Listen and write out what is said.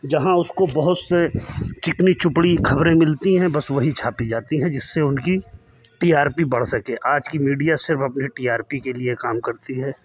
जहाँ उसको बहुत से चिकनी चुपड़ी खबरें मिलती हैं बस वही छापी जाती हैं जिससे उनकी टी आर पी बढ़ सके आज की मीडिया सिर्फ अपनी टी आर पी के लिए काम करती है